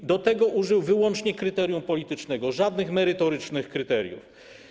I do tego użył wyłącznie kryterium politycznego, żadnych merytorycznych kryteriów.